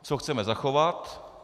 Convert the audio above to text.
Co chceme zachovat?